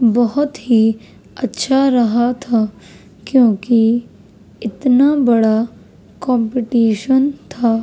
بہت ہی اچّھا رہا تھا کیونکہ اتنا بڑا کمپٹیشن تھا